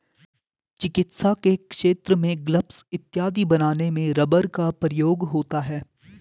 चिकित्सा के क्षेत्र में ग्लब्स इत्यादि बनाने में रबर का प्रयोग होता है